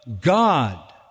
God